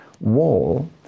wall